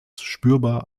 spürbar